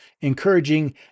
encouraging